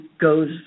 goes